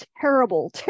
terrible